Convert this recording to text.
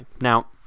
Now